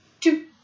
Two